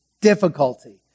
difficulty